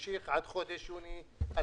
ולשכיר בעל מעטים, בעד חודשים מאי עד יוני 2020